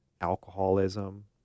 alcoholism